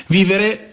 Vivere